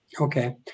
Okay